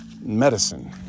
medicine